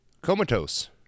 comatose